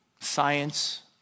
science